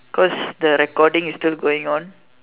cause the recording is still going on